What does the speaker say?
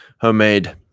homemade